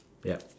yup